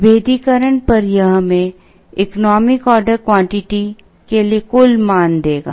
विभेदीकरण पर यह हमें इकोनॉमिक ऑर्डर क्वांटिटी के लिए कुल मान देगा